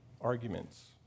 arguments